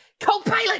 co-pilot